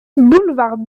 boulevard